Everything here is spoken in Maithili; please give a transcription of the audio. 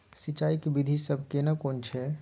सिंचाई के विधी सब केना कोन छिये?